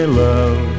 love